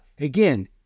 again